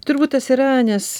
turbūt tas yra nes